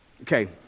Okay